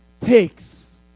takes